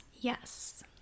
Yes